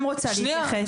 כהן,